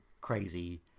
crazy